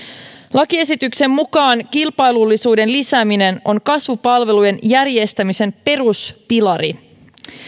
lakiesityksen mukaan kilpailullisuuden lisääminen on kasvupalvelujen järjestämisen peruspilari